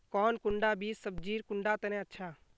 कौन कुंडा बीस सब्जिर कुंडा तने अच्छा?